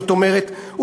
זאת אומרת,